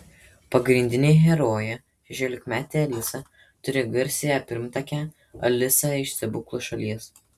pagrindinė herojė šešiolikmetė alisa turi garsiąją pirmtakę alisą iš stebuklų šalies